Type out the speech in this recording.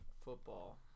football